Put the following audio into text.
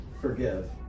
forgive